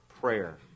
prayer